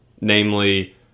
namely